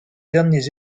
derniers